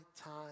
time